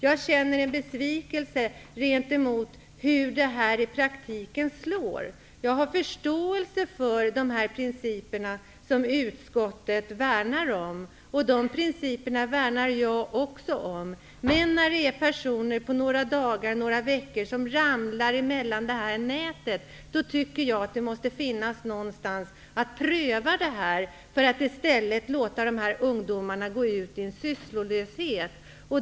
Jag är besviken över hur det här i praktiken slår. Jag har förståelse och känner sympati för de principer som utskottet värnar om. Också jag värnar om de principerna. Men när personer på bara några dagar eller veckor kan hamna mittemellan beträffande det här nätet tycker jag att det måste finnas en möjlighet att någonstans pröva detta i stället för att låta de ungdomar som drabbas gå sysslolösa.